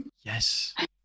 Yes